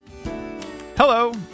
Hello